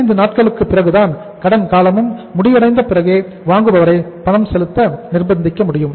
45 நாட்களுக்கு பிறகுதான் கடன் காலம் முடிவடைந்த பிறகே வாங்குபவரை பணம் செலுத்த நிர்ப்பந்திக்க முடியும்